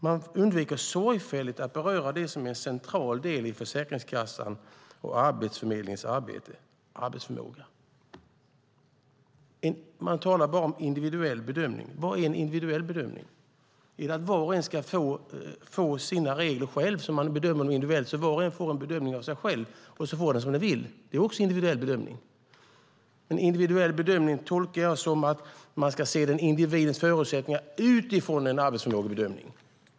De undviker sorgfälligt att beröra det som är en central del i Försäkringskassans och Arbetsförmedlingens arbete, nämligen arbetsförmågan. De talar bara om individuell bedömning. Vad är en individuell bedömning? Är det att var och en ska få sina egna regler, en bedömning av sig själv och sedan få som man vill? Det är också en individuell bedömning. Jag tolkar en individuell bedömning som att man ska se individens förutsättningar utifrån en arbetsförmågebedömnig.